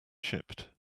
shipped